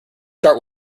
start